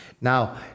Now